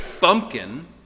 bumpkin